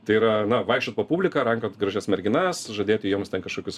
tai yra na vaikščiot po publiką rankiot gražias merginas žadėti joms ten kažkokius